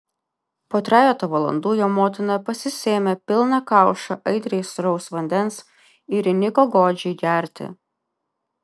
po trejeto valandų jo motina pasisėmė pilną kaušą aitriai sūraus vandens ir įniko godžiai gerti